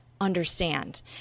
understand